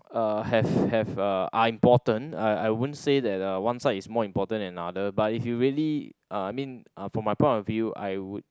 uh have have uh are important I I won't say that uh one side is important than another but if you really uh I mean uh from my part of view I would